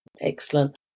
Excellent